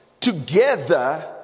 together